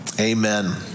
Amen